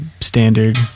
standard